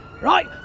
right